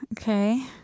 Okay